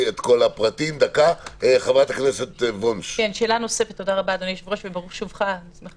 ההכרזה